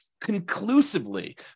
conclusively